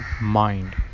mind